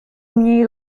mniej